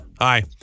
Hi